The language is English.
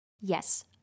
Yes